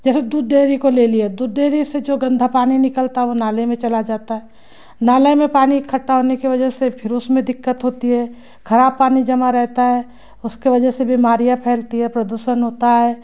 जैसे दूध डेयरी को ले लिए दूध डेयरी से जो गंदा पानी निकलता वह नाले में चला जाता है नाला में पानी इकट्ठा होने के वजह से फिर उसमें दिक्कत होती है ख़राब पानी जमा रहता है उसके वजह बीमारियाँ फैलती है प्रदूषण होता है